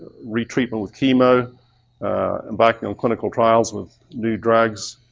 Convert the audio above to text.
re-treatment with chemo and backing them clinical trials with new drugs,